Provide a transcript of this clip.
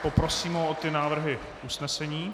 Poprosím ho o ty návrhy usnesení.